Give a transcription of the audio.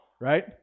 right